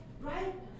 right